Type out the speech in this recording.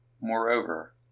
Moreover